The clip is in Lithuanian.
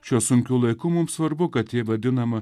šiuo sunkiu laiku mums svarbu kad ji vadinama